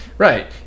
Right